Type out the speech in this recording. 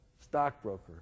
stockbroker